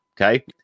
Okay